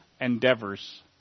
endeavors